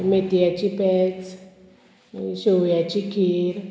मेथयांची पेज शेवयाची खीर